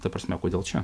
ta prasme kodėl čia